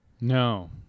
No